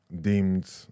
deemed